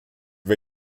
wir